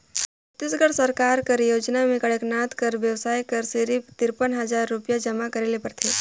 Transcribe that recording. छत्तीसगढ़ सरकार कर योजना में कड़कनाथ कर बेवसाय बर सिरिफ तिरपन हजार रुपिया जमा करे ले परथे